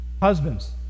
Husbands